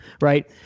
right